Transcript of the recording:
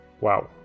wow